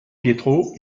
pietro